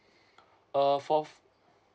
uh for